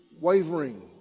wavering